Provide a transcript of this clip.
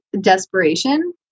desperation